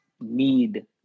need